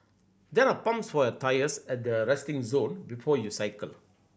there are pumps for your tyres at the resting zone before you cycle